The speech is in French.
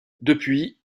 depuis